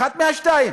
אחת מהשתיים: